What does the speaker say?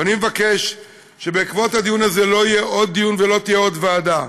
ואני מבקש שבעקבות הדיון הזה לא יהיה עוד דיון ולא תהיה עוד ועדה.